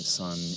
son